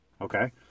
Okay